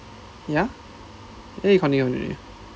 ya ya you continue continue